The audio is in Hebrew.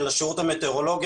של השירות המטאורולוגי.